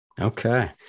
Okay